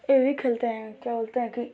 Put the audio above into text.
फिर भी खेलते हैं क्या बोलते हैं कि